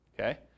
Okay